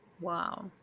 wow